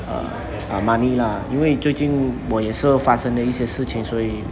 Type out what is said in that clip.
err money lah 因为最近我也是发生了一些事情所以